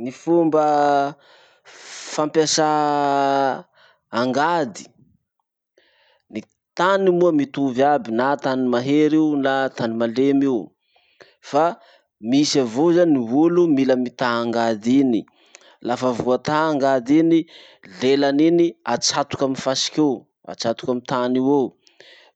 ny fomba fampiasà angady. Ny tany moa mitovy aby na tany mahery io na tany malemy io. Fa misy avao zany olo mila mità angady iny. Lafa voatà angady iny, lelan'iny atsatoky amy fasiky eo, atsatoky amy tany io eo,